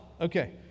Okay